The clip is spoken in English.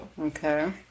Okay